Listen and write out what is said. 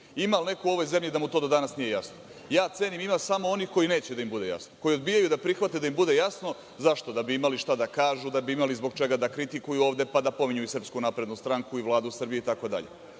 Ima li nekog u ovoj zemlji da mu to do danas nije jasno? Ja cenim – ima samo oni koji neće da im bude jasno, koji odbijaju da prihvate da im bude jasno. Zašto? Da bi imali šta da kažu, da bi imali zbog čega da kritikuju ovde, pa da pominju i SNS i Vladu Srbije, itd,